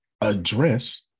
address